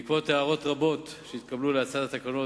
בעקבות הערות רבות שהתקבלו להצעת התקנות,